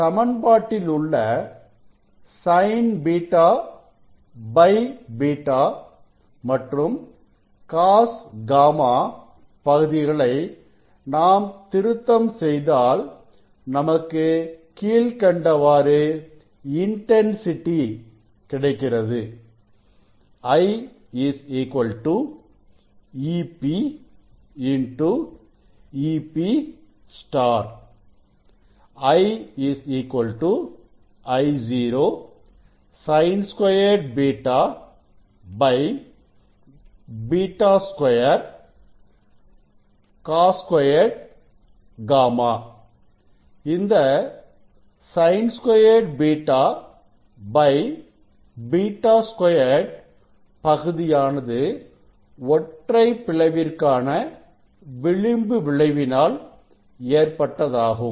சமன்பாட்டில் உள்ள Sin β β மற்றும் Cos γ பகுதிகளை நாம் திருத்தம் செய்தால் நமக்கு கீழ்க்கண்டவாறு இன்டன்சிட்டி கிடைக்கிறது I Ep Ep I I0 Sin2 β β2 Cos2 γ இந்த Sin2 β β2 பகுதியானது ஒற்றை பிளவிற்கான விளிம்பு விளைவினால் ஏற்பட்டதாகும்